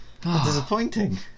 disappointing